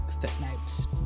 footnotes